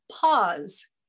pause